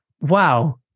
wow